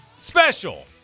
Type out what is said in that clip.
special